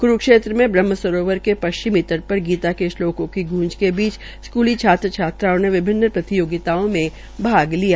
कुरूक्षेत्र में ब्रहम्सरोवर में पश्चिमी तट पर गीता क श्लोकों की गूंज के बीच स्क्ली छात्र छात्राओं ने विभिन्न प्रतियोगिताओं में भाग लिया